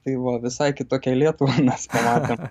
tai buvo visai kitokią lietuvą mes pamatėm